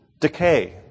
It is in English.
decay